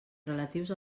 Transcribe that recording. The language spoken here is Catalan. relatius